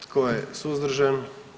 Tko je suzdržan?